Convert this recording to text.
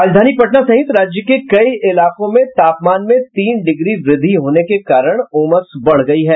राजधानी पटना सहित राज्य के कई इलाकों में तापमान में तीन डिग्री वृद्धि होने के कारण उमस बढ़ गयी है